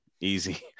easy